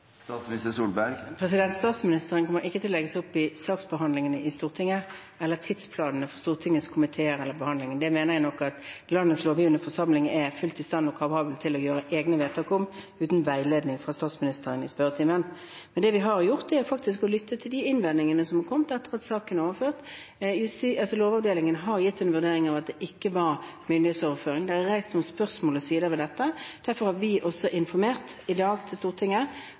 Statsministeren kommer ikke til å legge seg opp i saksbehandlingene i Stortinget, i tidsplaner for Stortingets komiteer eller i behandlingene. Det mener jeg at landets lovgivende forsamling er fullt i stand til og kapabel til å gjøre egne vedtak om, uten veiledning fra statsministeren i spørretimen. Men det vi har gjort, er å lytte til de innvendingene som har kommet etter at saken er overført. Lovavdelingen har gitt en vurdering av at det ikke var myndighetsoverføring. Det er reist noen spørsmål ved noen sider ved dette, og derfor har vi i dag informert Stortinget